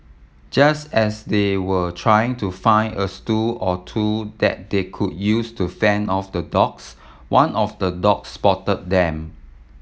just as they were trying to find a or two that they could use to fend off the dogs one of the dogs spotted them